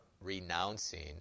renouncing